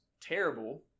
terrible